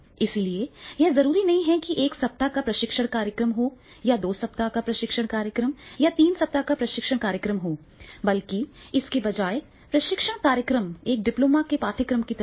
इसलिए यह जरूरी नहीं है कि एक सप्ताह का प्रशिक्षण कार्यक्रम या दो सप्ताह का प्रशिक्षण कार्यक्रम या तीन महीने का प्रशिक्षण कार्यक्रम हो बल्कि इसके बजाय प्रशिक्षण कार्यक्रम एक डिप्लोमा के पाठ्यक्रम की तरह है